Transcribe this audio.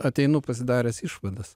ateinu pasidaręs išvadas